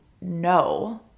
No